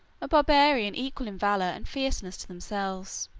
a barbarian equal in valor and fierceness to themselves.